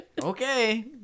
Okay